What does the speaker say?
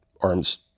arm's